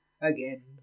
Again